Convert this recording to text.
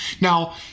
Now